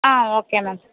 ah okay ma'am